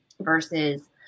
versus